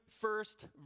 first